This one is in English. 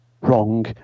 wrong